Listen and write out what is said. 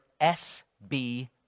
SB